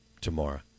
tomorrow